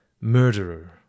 murderer